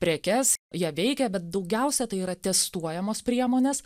prekes jie veikia bet daugiausia tai yra testuojamos priemonės